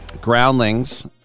Groundlings